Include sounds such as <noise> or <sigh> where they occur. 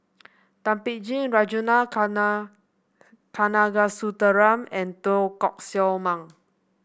Thum Ping Tjin Ragunathar <unintelligible> Kanagasuntheram and Teo Koh Sock Mang